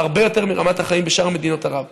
הרבה יותר מרמת החיים בשאר מדינות ערב".